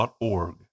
org